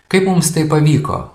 kaip mums tai pavyko